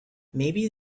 maybe